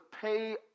pay